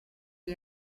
gli